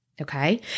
Okay